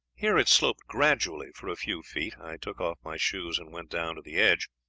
here it sloped gradually for a few feet. i took off my shoes and went down to the edge.